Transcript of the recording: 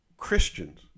christians